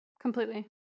completely